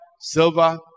silver